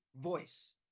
voice